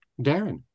darren